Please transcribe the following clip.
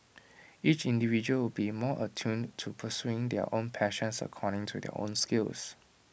each individual will be more attuned to pursuing their own passions according to their own skills